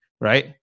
right